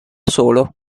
solo